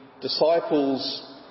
disciples